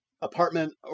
apartment